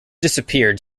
disappeared